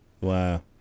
Wow